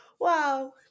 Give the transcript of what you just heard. wow